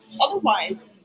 Otherwise